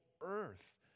earth